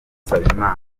nsabimana